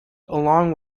along